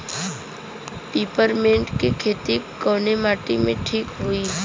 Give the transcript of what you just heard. Peppermint के खेती कवने माटी पे ठीक होई?